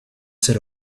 said